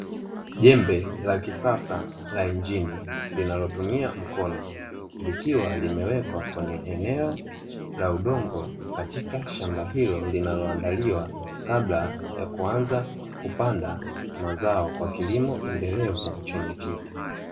Jembe la kisasa la injini linalotumia mkono, likiwa limewekwa kwenye eneo la udongo, katika shamba hilo linaloandaliwa kabla ya kuanza kupanda mazao kwa kilimo endelevu chenye tija.